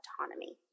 autonomy